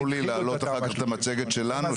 תאפשרו לי להעלות אחר כך את המצגת שלנו,